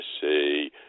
see